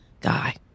guy